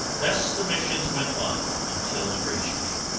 thus the missions went on until the british came.